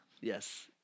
Yes